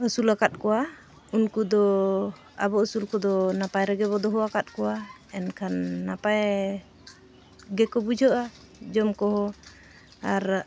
ᱟᱹᱥᱩᱞ ᱟᱠᱟᱫ ᱠᱚᱣᱟ ᱩᱱᱠᱩ ᱫᱚ ᱟᱵᱚ ᱟᱹᱥᱩᱞ ᱠᱚᱫᱚ ᱱᱟᱯᱟᱭ ᱨᱮᱜᱮ ᱵᱚ ᱫᱚᱦᱚ ᱟᱠᱟᱫ ᱠᱚᱣᱟ ᱮᱱᱠᱷᱟᱱ ᱱᱟᱯᱟᱭ ᱜᱮᱠᱚ ᱵᱩᱡᱷᱟᱹᱜᱼᱟ ᱡᱚᱢ ᱠᱚᱦᱚᱸ ᱟᱨ